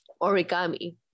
origami